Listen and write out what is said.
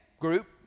group